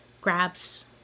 grabs